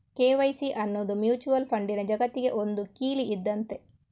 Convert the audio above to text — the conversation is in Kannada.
ಕೆ.ವೈ.ಸಿ ಅನ್ನುದು ಮ್ಯೂಚುಯಲ್ ಫಂಡಿನ ಜಗತ್ತಿಗೆ ಒಂದು ಕೀಲಿ ಇದ್ದಂತೆ